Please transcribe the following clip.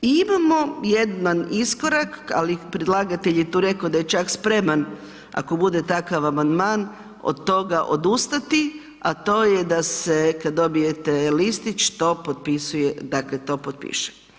I imamo jedan iskorak ali predlagatelj je tu rekao da je čak spreman ako bude takav amandman, od toga odustati a to je da se kad dobijete listić, to potpisuje, dakle to potpiše.